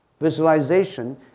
Visualization